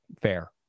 fair